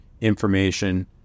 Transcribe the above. information